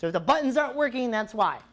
so the buttons aren't working that's why